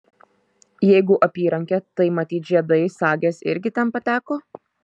jeigu apyrankė tai matyt žiedai sagės irgi ten pateko